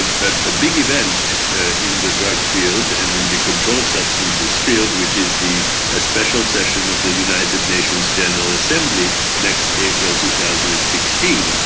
ah a big event in the drug field and in the controlled substances field, which is the ah special session of the united nations general assembly next april two thousand and sixteen,